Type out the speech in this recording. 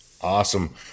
Awesome